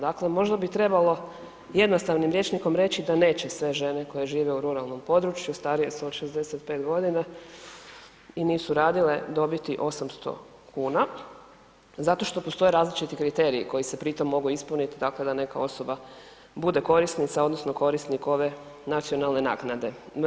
Dakle, možda bi trebalo jednostavnim rječnikom reći da neće sve žene koje žive u ruralnom području, starije su od 65 g. i nisu radile dobiti 800 kuna zato što postoje različiti kriteriji koji se pritom mogu ispuniti tako da neka osoba bude korisnica, odnosno korisnik ove nacionalne naknade.